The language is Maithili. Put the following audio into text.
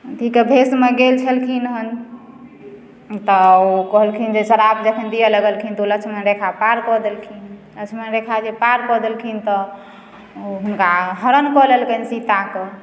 अथीके वेषमे गेल छलखिन हन तऽ ओ कहलखिन जे श्राप जखन दियऽ लगलखिन तऽ ओ लक्ष्मण रेखा पार कऽ देलखिन लक्ष्मण रेखा जे पार कऽ देलखिन तऽ ओ हुनका हरण कऽ लेलकैन सीताके